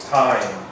time